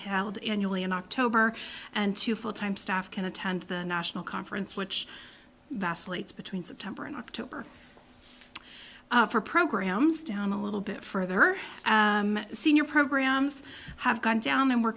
held annually in october and two full time staff can attend the national conference which vacillates between september and october for programs down a little bit further senior programs have gone down and we